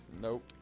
Nope